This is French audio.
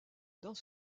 dans